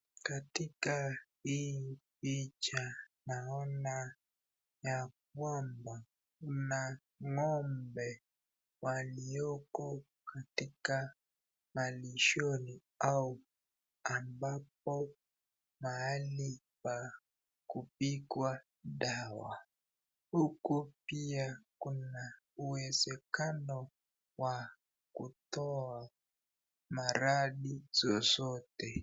Katika hii picha naona ya kwamba kuna ngombe walioko katika malishoni au mahali ambapo pa kupigwa dawa. Huku pia kuna uwezekano wa kutoa maradhi zozote.